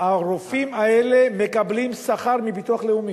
הרופאים האלה מקבלים שכר מביטוח לאומי,